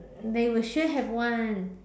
they will sure have [one]